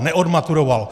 Neodmaturoval.